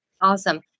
Awesome